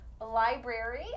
library